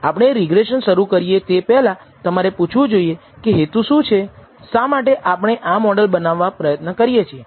આપણે રિગ્રેસન શરૂ કરીએ તે પહેલા તમારે પૂછવું જોઇએ કે હેતુ શું છે શા માટે આપણે આ મોડલ બનાવવા પ્રયત્ન કરીએ છીએ